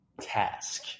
task